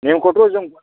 नेमखौथ' जों